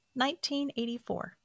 1984